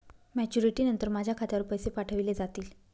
Maturity नंतर माझ्या खात्यावर पैसे पाठविले जातील?